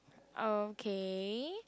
okay